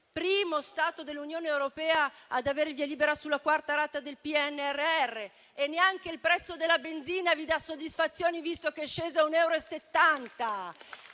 primo Stato dell'Unione europea ad avere via libera sulla quarta rata del PNRR. Neanche il prezzo della benzina vi dà soddisfazioni, visto che è sceso a 1,70 euro.